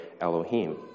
Elohim